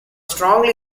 strongly